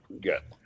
get